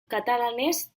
katalanez